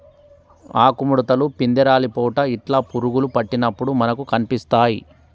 ఆకు ముడుతలు, పిందె రాలిపోవుట ఇట్లా పురుగులు పట్టినప్పుడు మనకు కనిపిస్తాయ్